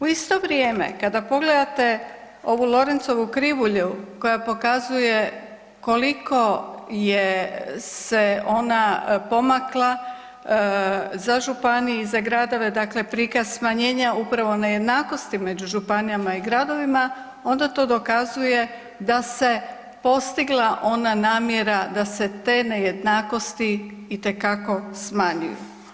U isto vrijeme kada pogledate ovu Lorenzovu krivulju koja pokazuje koliko se ona pomakla za županije i za gradove, dakle prikaz smanjenja upravo nejednakosti među županijama i gradovima onda to dokazuje da se postigla ona namjera da se te nejednakosti smanjuju.